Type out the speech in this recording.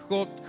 God